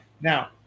Now